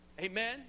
amen